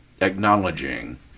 acknowledging